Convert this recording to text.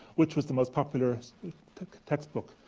which was the most popular textbook,